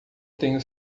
tenho